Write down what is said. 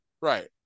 Right